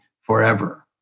forever